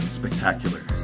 spectacular